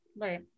Right